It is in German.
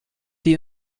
sie